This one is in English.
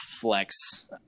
flex